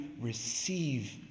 receive